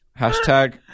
Hashtag